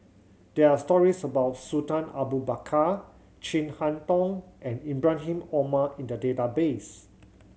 there are stories about Sultan Abu Bakar Chin Harn Tong and Ibrahim Omar in the database